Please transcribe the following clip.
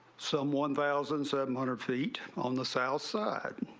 some one thousand seven hundred feet on the south side